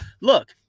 look